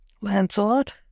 Lancelot